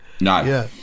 No